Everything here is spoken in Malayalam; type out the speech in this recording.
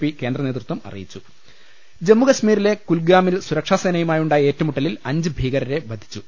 പി കേന്ദ്രനേതൃത്വം അറിയി ച്ചും ജമ്മു കശ്മീരിലെ കുൽഗാമിൽ സുരക്ഷാസേനയുമായുണ്ടായ ഏറ്റുമുട്ടലിൽ അഞ്ച് ഭീകരരെ വധിച്ചു